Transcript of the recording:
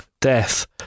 Death